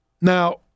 Now